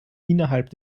innerhalb